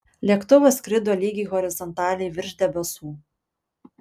lėktuvas skrido lygiai horizontaliai virš debesų